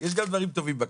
יש גם דברים טובים בכנסת.